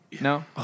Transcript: No